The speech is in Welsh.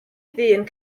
ddyn